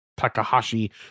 Takahashi